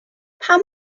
pam